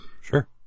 Sure